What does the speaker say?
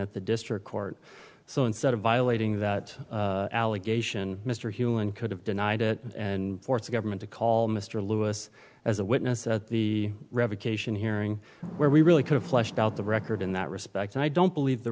at the district court so instead of violating that allegation mr human could have denied it and force the government to call mr lewis as a witness at the revocation hearing where we really could have fleshed out the record in that respect and i don't believe the